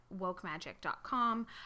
wokemagic.com